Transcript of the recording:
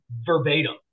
verbatim